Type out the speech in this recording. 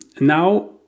now